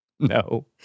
No